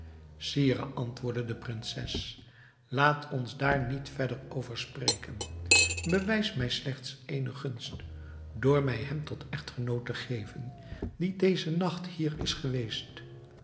sire antwoordde de prinses laat ons daar niet verder over spreken bewijs mij slechts eene gunst door mij hem tot echtgenoot te geven die dezen nacht hier is geweest